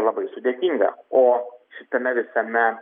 labai sudėtinga o šitame visame